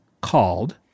called